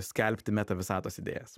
skelbti meta visatos idėjas